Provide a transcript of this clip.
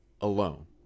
alone